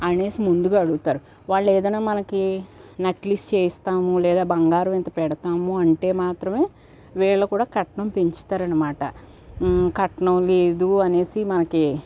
అనేసి ముందుగా అడుగుతారు వాళ్ళేదేనా మనకి నక్లీస్ చేయిస్తాము లేదా బంగారం ఇంత పెడతాము అంటే మాత్రమే వీళ్లకూడ కట్నం పెంచుతారనమాట కట్నంలేదు అనేసి మనకి